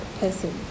person